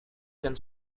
can